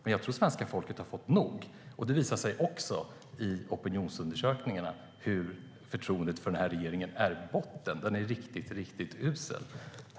Men jag tror att svenska folket har fått nog, och opinionsundersökningarna visar att förtroendet för regeringen är botten och riktigt uselt.